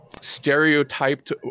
stereotyped